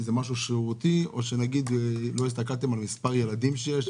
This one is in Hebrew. זה משהו שרירותי או לא הסתכלתם על מספר הילדים שיש?